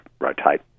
rotate